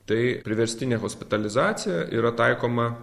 tai priverstinė hospitalizacija yra taikoma